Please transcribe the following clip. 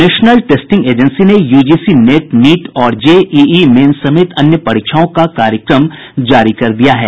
national testing agency ने UGC NET NEET और JEE main समेत अन्य परीक्षाओं का कार्यक्रम जारी कर दिया है